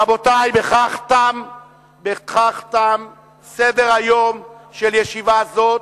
רבותי, בכך תם סדר-היום של ישיבה זו,